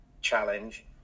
challenge